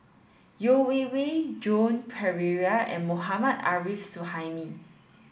Yeo Wei Wei Joan Pereira and Mohammad Arif Suhaimi